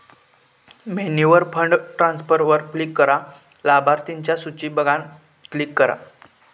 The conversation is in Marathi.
मेन्यूवर फंड ट्रांसफरवर क्लिक करा, लाभार्थिंच्या सुची बघान क्लिक करा